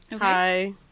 Hi